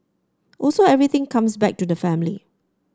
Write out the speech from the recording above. also everything comes back to the family